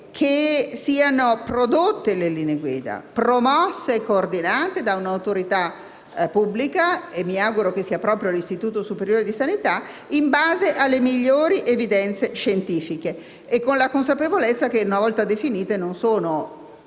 siano prodotte, promosse e coordinate da un'autorità pubblica, che mi auguro che sia proprio l'Istituto superiore di sanità, in base alle migliori evidenze scientifiche e con la consapevolezza che, una volta definite, dovranno